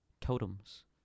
totems